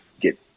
get